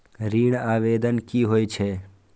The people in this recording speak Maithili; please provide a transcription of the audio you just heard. ऋण आवेदन की होय छै?